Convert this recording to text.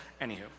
Anywho